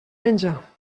menja